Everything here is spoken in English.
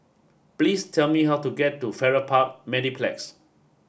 please tell me how to get to Farrer Park Mediplex